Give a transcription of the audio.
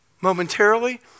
momentarily